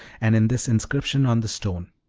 and in this inscription on the stone.